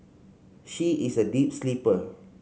she is a deep sleeper